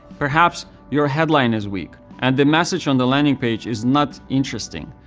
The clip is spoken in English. perhaps your headline is weak, and the message on the landing page is not interesting.